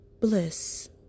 bliss